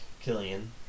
Killian